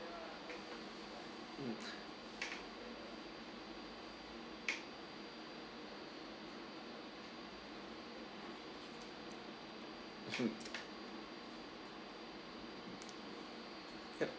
mm mm yup